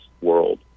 world